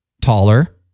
taller